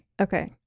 Okay